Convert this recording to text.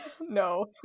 No